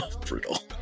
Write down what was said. Brutal